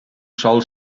sol